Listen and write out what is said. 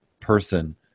person